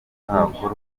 hakorwa